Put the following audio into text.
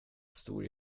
stor